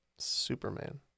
superman